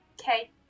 Okay